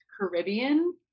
caribbean